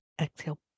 Exhale